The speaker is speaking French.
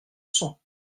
cent